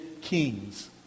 kings